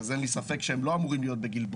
אז אין לי ספק שהם לא אמורים להיות בגלבוע.